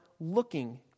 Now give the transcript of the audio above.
looking